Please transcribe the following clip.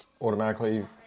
automatically